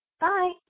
Bye